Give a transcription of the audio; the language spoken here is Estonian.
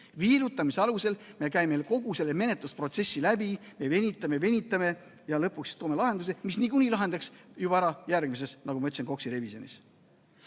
viilutamise alusel me käime kogu selle menetlusprotsessi läbi, me venitame, venitame ja lõpuks toome lahenduse, mis niikuinii lahendataks juba ära järgmises, nagu ma ütlesin, KOKS-i revisjonis. Kolmas